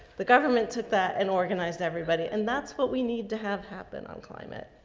the government took that and organized everybody. and that's what we need to have happen on climate.